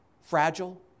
Fragile